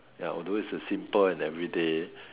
ya although it's a simple and every day